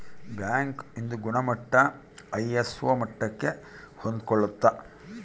bank ಇಂದು ಗುಣಮಟ್ಟ ISO ಮಟ್ಟಕ್ಕೆ ಹೊಂದ್ಕೊಳ್ಳುತ್ತ